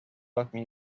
welcome